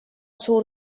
suur